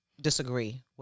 disagree